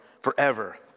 forever